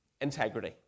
integrity